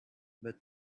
but